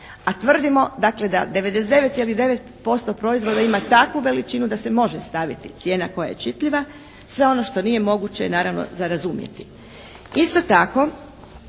a tvrdimo dakle da 99,9% proizvoda ima takvu veličinu da se može staviti cijena koja je čitljiva. Sve ono što nije moguće je naravno za razumjeti.